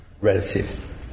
relative